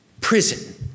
prison